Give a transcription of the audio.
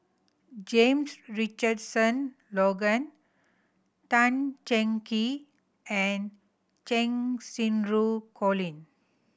James Richardson Logan Tan Cheng Kee and Cheng Xinru Colin